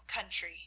country